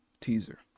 teaser